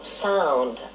sound